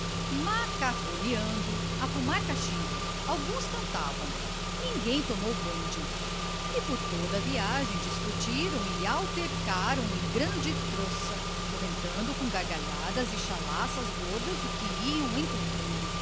frente macarroneando a fumar cachimbo alguns cantavam ninguém tomou bonde e por toda a viagem discutiram e altercaram em grande troça comentando com gargalhadas e chalaças gordas o que iam encontrando